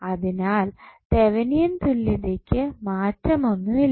അതിനാൽ തെവനിയൻ തുല്യതക്കു മാറ്റമൊന്നുമില്ല